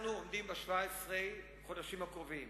אנחנו עומדים ב-17 החודשים הקרובים